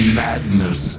madness